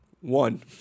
one